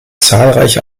zahlreiche